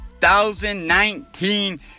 2019